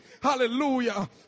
hallelujah